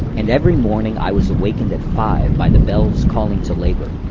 and every morning i was awakened at five, by the bells calling to labor.